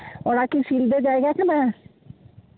ᱱᱚᱣᱟ ᱠᱤ ᱥᱤᱞᱫᱟᱹ ᱡᱟᱭᱜᱟ ᱠᱟᱱᱟ